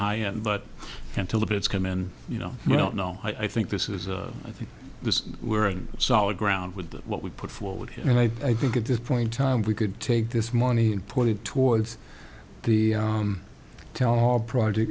high end but until it's come in you know i don't know i think this is i think the were and solid ground with what we put forward and i think at this point time we could take this money and put it towards the tell all project